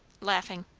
laughing.